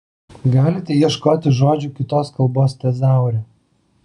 galite ieškoti žodžių kitos kalbos tezaure